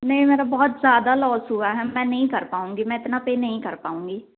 नहीं मेरा बहुत ज़्यादा लॉस हुआ है मैं नहीं कर पाऊँगी मैं इतना पे नहीं कर पाऊँगी